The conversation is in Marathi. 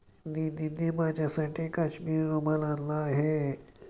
दीदींनी माझ्यासाठी काश्मिरी रुमाल आणला आहे